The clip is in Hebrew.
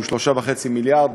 שהוא 3.5 מיליארד,